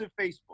Facebook